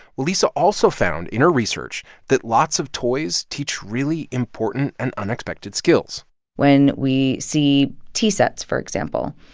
lisa also found in her research that lots of toys teach really important and unexpected skills when we see tea sets, for example,